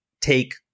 take